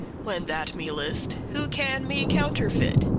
when that me list who can me counterfeit?